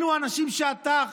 אלו האנשים שאתה,